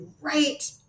right